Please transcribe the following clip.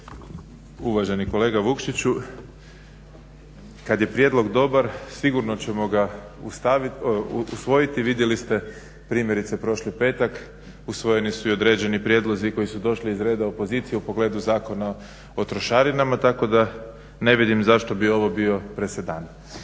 Uvaženi kolega Vukšiću kad je prijedlog dobar sigurno ćemo ga usvojiti, vidjeli ste primjerice prošli petak usvojeni su i određeni prijedlozi koji su došli iz redova opozicije u pogledu Zakona o trošarinama tako da ne vidim zašto bi ovo bio presedan.